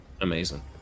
amazing